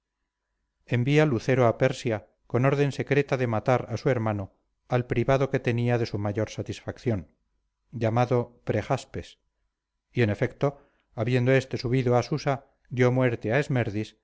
envía lucero a persia con orden secreta de matar a su hermano al privado que tenía de su mayor satisfacción llamado prejaspes y en efecto habiendo éste subido a susa dio muerte a